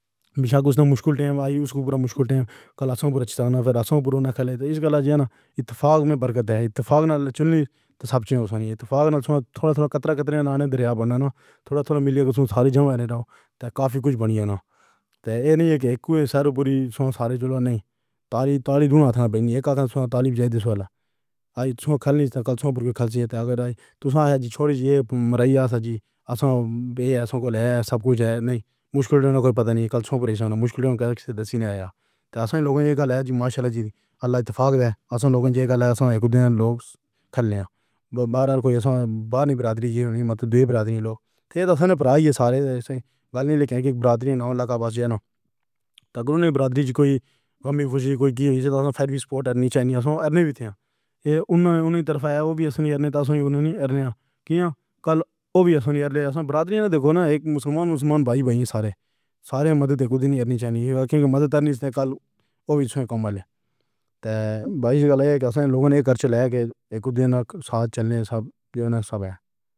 بیشک استوں مشکل سے مشکل ٹائم آیا اُس کو پورا مشکل ٹائم کل۔ اصلًا پورا وقت پھر اصلًا پورا نہ کھلے تو اِس گلہ جانا۔ اتفاق میں برکت ہے اتفاق۔ چلنی تو سب سے پیاری اتفاق تھوڑا تھوڑا۔ قطرہ قطرہ ننے دِیا بندنا تھوڑا تھوڑا ملی۔ سارے جبر دست ہو تو کافی کچھ بنیانا۔ تو یہ نہیں ہے کہ ایک سر پوری سال سالی چالو ہے۔ نہیں۔ تعریف تعریف کرنا اپنی اک آکاںکھشا تالی بجائی دسوالا آیا سوکھلنے کل سوں کھلی ہے۔ اگر تو سہی سوچے یہ میرا اور ساجی اصلًا بے ایسوں والا سب کچھ ہے۔ نہیں مشکل تو کوئی پتہ نہیں کل پورے سن مشکلات کر شدتی نہیں آیا تو اصل لوگوں نے گالیاں ماشاءاللہ اللہ اتفاق ہے۔ اصل لوگوں جیسا لیکھا ہے خودے نے لوگ کھلے ہو باہر کوئی ایسا بانی براتی ہونی مطلب براتی لوگ تو اپنے بھائی یہ سارے کالونی کے بڑے نہیں لگا جانا۔ اگر اُنہیں براتی کوئی کمی خوشی کوئی کی ہوئی تھی۔ پھر بھی سپورٹ نہ چاہیے۔ سارے ودھے یاک اُنہوں نے اُنہیں طرف ہے۔ وہ بھی اصلوں نے تو اپنی اُنہوں نے یادیں کیا۔ کل وہ بھی اصلوں لے اصل براتی دیکھو۔ ایک مسلمان مسلمان بھائی بہن سارے سارے مدد کے نہتہ نہیں تھے۔ مدر تھا نا کل وہ بھی ہم والے تے۔ بارش کا لیک اصل لوگوں نے کر چلایا کہ ایک دن ساتھ چلنے سب جانے سب۔